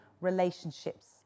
relationships